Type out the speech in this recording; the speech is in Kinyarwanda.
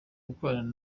gukorana